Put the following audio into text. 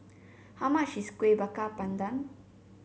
how much is Kueh Bakar Pandan